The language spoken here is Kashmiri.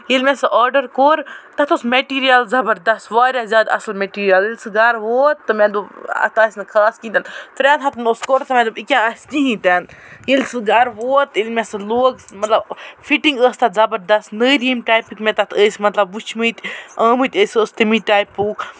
ییٚلہِ مےٚ سُہ آرڈر کوٚر تَتھ اوس مٮ۪ٹیٖریَل زَبردست واریاہ زیادٕ اَصٕل مٮ۪ٹٖریَل یِتھُے سُہ گرٕ ووٚت مےٚ دوٚپ اَتھ آسہِ نہٕ خاص کیٚنہہ دیُن ترٮ۪ن ہَتن آسہِ کُرتہٕ مےٚ دوٚپ یہِ کیاہ آسہِ کِہیٖنۍ تہِ نہٕ ییٚلہِ سُہ گرٕ ووٚت ییٚلہِ سُہ لوٚگ مےٚ مطلب فِٹِنگ ٲسۍ تَتھ زَبردست نٔرۍ یِم تَمہِ ٹایپٔکۍ مےٚ تَتھ ٲسۍ مطلب وُچھمٕتۍ آمٕتۍ ٲسۍ سُہ ٹَمہِ ٹایپُک